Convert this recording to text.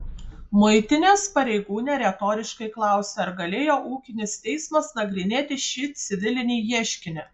muitinės pareigūnė retoriškai klausia ar galėjo ūkinis teismas nagrinėti šį civilinį ieškinį